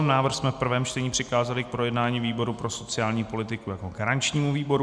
Návrh jsme v prvém čtení přikázali k projednání výboru pro sociální politiku jako garančnímu výboru.